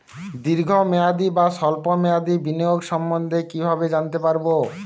দীর্ঘ মেয়াদি বা স্বল্প মেয়াদি বিনিয়োগ সম্বন্ধে কীভাবে জানতে পারবো?